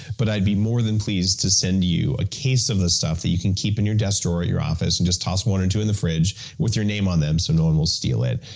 but i'd be more than pleased to send you a case of the stuff that you can keep in your desk drawer at your office and just toss one or two in the fridge with your name on them so no one will steal it.